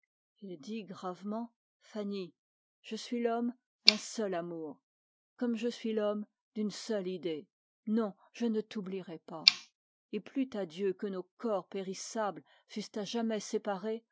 fanny je suis l'homme d'un seul amour comme je suis l'homme d'une seule idée non je ne t'oublierais pas et plût à dieu que nos corps périssables fussent à jamais séparés